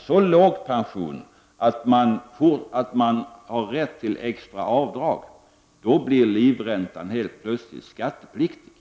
så låg pension att han eller hon har rätt till extra avdrag blir livräntan helt plötsligt skattepliktig.